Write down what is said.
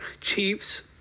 Chiefs